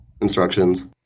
instructions